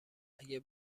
اگه